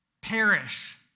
Perish